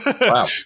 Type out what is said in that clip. Wow